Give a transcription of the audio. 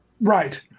Right